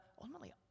ultimately